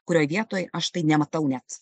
kurioje vietoj aš tai nematau net